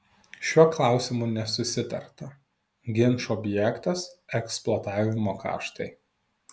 šiuo klausimu nesusitarta ginčų objektas eksploatavimo kaštai